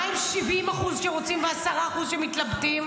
מה עם 70% שרוצים ו-10% שמתלבטים?